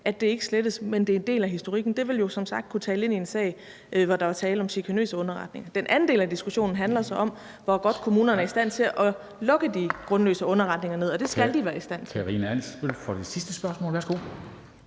at det ikke skal slettes, men er en del af historikken. Det vil jo som sagt kunne tale ind i en sag, hvor der er tale om chikanøs underretning. Den anden del af diskussionen handler så om, hvor godt kommunerne er i stand til at lukke de grundløse underretninger ned, og det skal de være i stand til.